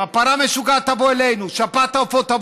פרה משוגעת תבוא אלינו,